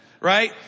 Right